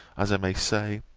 as i may say,